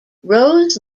rose